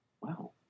wow